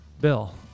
bill